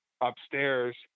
upstairs